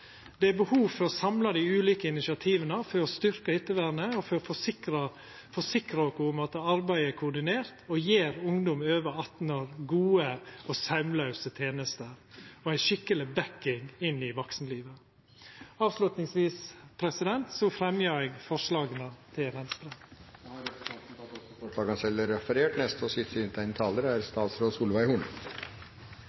Det er behov for å samla dei ulike initiativa for å styrkja ettervernet og for å forsikra oss om at arbeidet er koordinert og gjev ungdom over 18 år gode og saumlause tenester og ei skikkeleg «backing» inn i vaksenlivet. Avslutningsvis fremjar eg forslaga frå Venstre. Representanten Terje Breivik har tatt opp de forslagene han refererte til. La meg først få gi en takk til forslagsstillerne for å